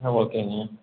ஓகேங்க